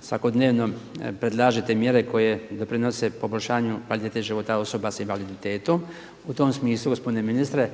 svakodnevno predlažete mjere koje doprinose poboljšanju kvalitete života osoba s invaliditetom. U tom smislu gospodine ministre